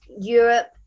Europe